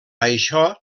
això